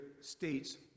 states